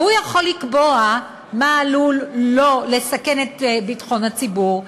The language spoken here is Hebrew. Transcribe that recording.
והוא יכול לקבוע מה עלול לא לסכן את ביטחון הציבור,